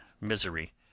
misery